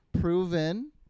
proven